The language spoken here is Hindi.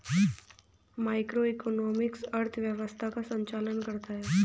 मैक्रोइकॉनॉमिक्स अर्थव्यवस्था का संचालन करता है